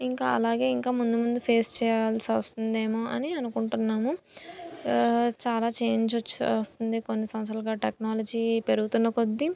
ఇంకా అలాగే ఇంకా ముందు ముందు ఫేస్ చేయాల్సి వస్తుందేమో అని అనుకుంటున్నాము చాలా చేంజ్ వచ్చి వస్తుంది కొన్ని సంవత్సరాలుగా టెక్నాలజీ పెరుగుతున్న కొద్దీ